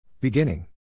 Beginning